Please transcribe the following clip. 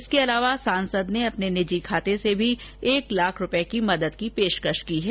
इसके अलावा सांसद ने अपने निजी खाते से भी एक लाख रूपये की मदद की है